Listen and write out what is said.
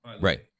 Right